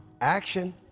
action